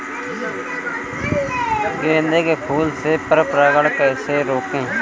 गेंदे के फूल से पर परागण कैसे रोकें?